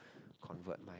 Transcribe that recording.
convert my